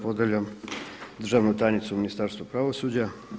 Pozdravljam državnu tajnicu u Ministarstvu pravosuđa.